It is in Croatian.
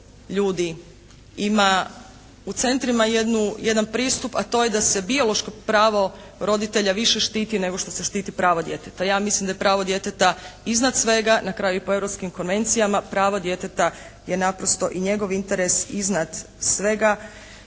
ljudi ima u centrima jedan pristupa to je da se biološko pravo roditelja više štiti nego što se štiti pravo djeteta. Ja mislim da je pravo djeteta iznad svega. Na kraju, i po europskim konvencijama pravo djeteta je naprosto i njegov interes iznad svega